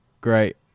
Great